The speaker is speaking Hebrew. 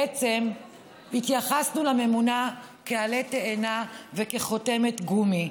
בעצם התייחסנו לממונה כאל עלה תאנה וכחותמת גומי.